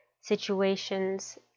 situations